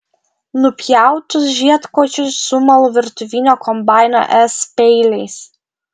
nupjautus žiedkočius sumalu virtuvinio kombaino s peiliais